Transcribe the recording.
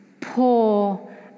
Poor